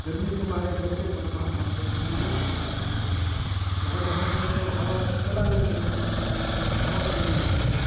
गर्मी के मारे बच्चे परेशान होते हैं बूढ़े परेशान होते हैं लाइट रहने से तो हवा चला लेते हैं पंखा चालू करके हवा मिल जाती है